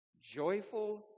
joyful